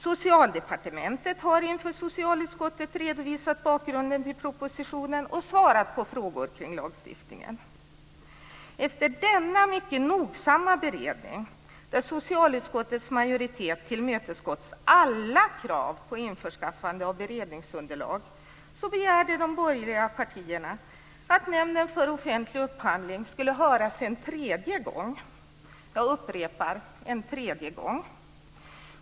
Socialdepartementet har inför socialutskottet redovisat bakgrunden till propositionen och svarat på frågor kring lagstiftningen. Efter denna mycket nogsamma beredning, där socialutskottets majoritet tillmötesgått alla krav på införskaffande av beredningsunderlag, begärde de borgerliga partierna att Nämnden för offentlig upphandling skulle höras en tredje gång - jag upprepar: en tredje gång.